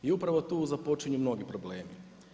I upravo tu započinju mnogi problemi.